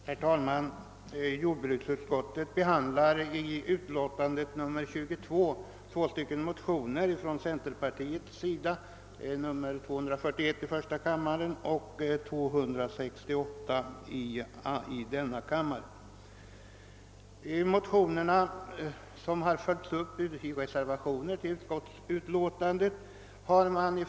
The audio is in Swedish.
Herr talman! Jordbruksutskottet behandlar i sitt utlåtande nr 22 två likalydande motioner från centerpartiet, 1: 241 och II: 268, vilka har följts upp i reservationer till utlåtandet.